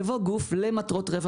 יבוא גוף למטרות רווח,